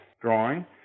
drawing